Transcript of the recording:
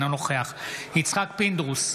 אינו נוכח יצחק פינדרוס,